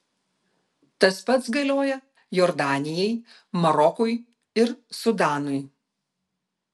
tas pats galioja jordanijai marokui ir sudanui